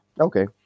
Okay